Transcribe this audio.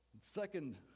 second